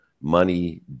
money